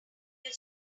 your